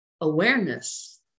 awareness